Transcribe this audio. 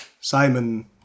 Simon